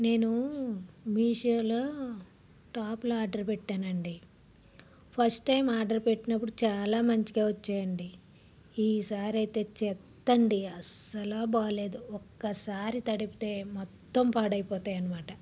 నేను మీషోలో tops order పెట్టాను అండి ఫస్ట్ టైం ఆర్డర్ పెట్టినప్పుడు చాలా మంచిగా వచ్చాయి అండి ఈసారి అయితే చెత్త అండి అసలు బాలేదు ఒక్కసారి తడిపితే మొత్తం పాడైపోతాయి అన్నమాట